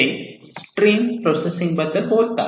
ते stream processing बद्दल बोलतात